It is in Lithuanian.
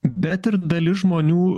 bet ir dalis žmonių